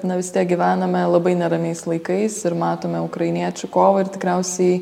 na vis tiek gyvename labai neramiais laikais ir matome ukrainiečių kovą ir tikriausiai